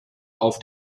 auf